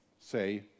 say